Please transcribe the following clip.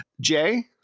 Jay